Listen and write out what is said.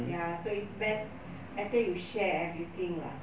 ya so it's best either you share everything lah